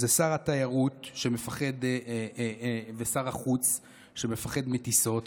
זה שר התיירות ושר החוץ שמפחד מטיסות.